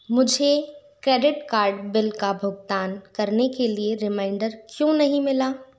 मुझे credit card bill का भुगतान करने के लिए रिमाइंडर क्यों नहीं मिला